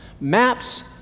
maps